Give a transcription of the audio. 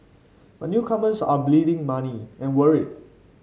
but newcomers are bleeding money and worried